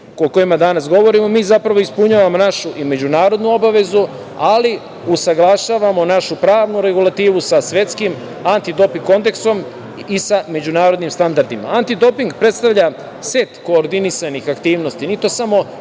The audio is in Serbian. kojima danas govorimo zapravo ispunjavamo našu međunarodnu obavezu, ali usaglašavamo našu pravnu regulativu sa Svetskim antidoping kodeksom i sa međunarodnim standardima. Antidoping predstavlja set koordinisanih aktivnosti. Nije to samo